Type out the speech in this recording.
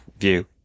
view